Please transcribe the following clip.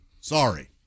Sorry